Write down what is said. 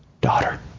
daughter